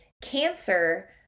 Cancer